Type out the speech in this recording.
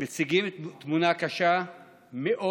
מציגים תמונה קשה מאוד.